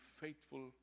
faithful